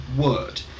word